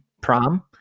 prom